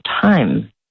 time